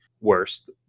worst